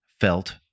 felt